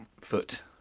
foot